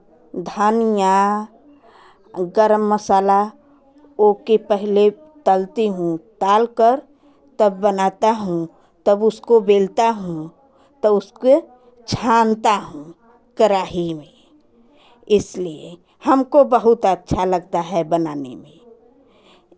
धनिया गरम मसाला ओ के पहले तलती हूँ डाल कर तब बनाता हूँ तब उसको बेलता हूँ तब उसको छानता हूँ कड़ाही में इसलिए हमको बहुत अच्छा लगता है बनाने में